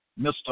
Mr